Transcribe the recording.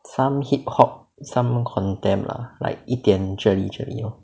some hip hop some contemp lah like 一点这里这里